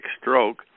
stroke